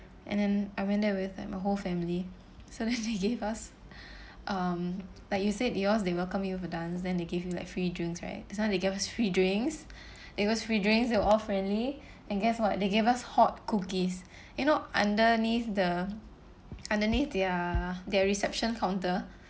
and then I went there with like my whole family suddenly they gave us um like you said yours they welcome you with a dance then they give you like free drinks right this one they give us free drinks it was free drinks they were all friendly and guess what they gave us hot cookies you know underneath the underneath their their reception counter